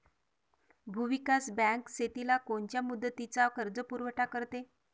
भूविकास बँक शेतीला कोनच्या मुदतीचा कर्जपुरवठा करते?